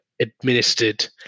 administered